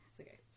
okay